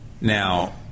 Now